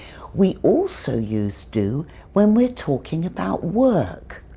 we also use do when we're talking about work.